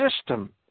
system